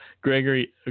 Gregory